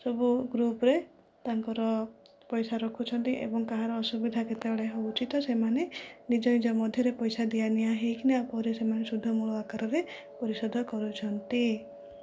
ସବୁ ଗ୍ରୁପରେ ତାଙ୍କର ପଇସା ରଖୁଛନ୍ତି ଏବଂ କାହାର ଅସୁବିଧା କେତେବେଳେ ହେଉଛି ତ ସେମାନେ ନିଜ ନିଜ ମଧ୍ୟରେ ପଇସା ଦିଆ ନିଆ ହୋଇ କିନା ପରେ ସେମାନେ ସୁଧ ମୂଳ ଆକାରରେ ପରିଶୋଧ କରୁଛନ୍ତି